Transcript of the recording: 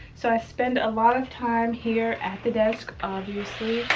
so i spend a lot of time here at the desk obviously.